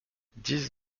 dix